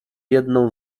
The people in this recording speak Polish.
jedną